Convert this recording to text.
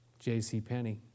JCPenney